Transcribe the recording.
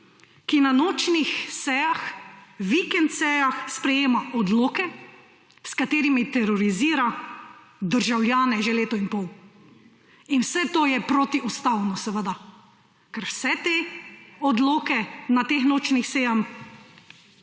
ki na nočnih sejah, vikend sejah sprejema odloke, s katerimi terorizira državljane že leto in pol. In vse to je protiustavno, seveda, ker vse te odloke na teh nočnih sejah